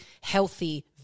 healthy